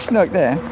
look there,